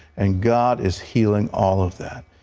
and god is healing all of that.